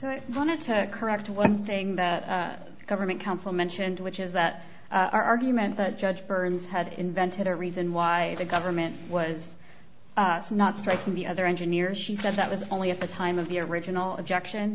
so i want to correct one thing that government council mentioned which is that argument judge burns had invented a reason why the government was not striking the other engineer she said that was only at the time of the original objection